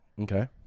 Okay